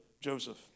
Joseph